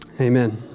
Amen